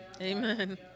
Amen